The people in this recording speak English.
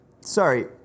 Sorry